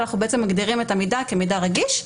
אלא אנחנו מגדירים את המידע כמידע רגיש,